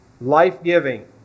life-giving